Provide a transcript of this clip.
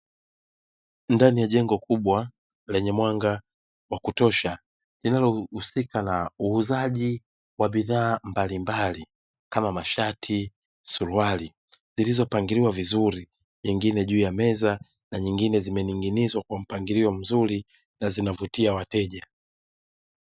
Ndani ya jengo kubwa lenye mwanga wa kutosha linalohusika na uuzaji wa bidhaa mbalimbali kama mashati, suruali zilizopangiliwa vizuri; nyingine juu ya meza na nyingine zimening'inizwa kwa mpangilio mzuri na zinavutia wateja.